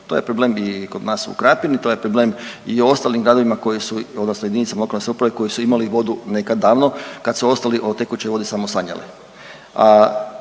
To je problem i kod nas u Krapini, to je problem i u ostalim gradovima, odnosno jedinicama lokalne samouprave koji su imali vodu nekad davno kad su ostali o tekućoj vodi samo sanjali.